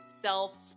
self